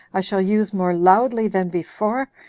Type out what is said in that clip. i shall use more loudly than before,